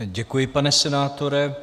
Děkuji, pane senátore.